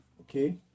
Okay